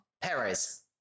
Perez